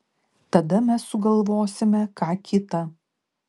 tada mes sugalvosime ką kita